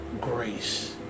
grace